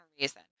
reason